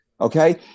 Okay